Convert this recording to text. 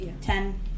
Ten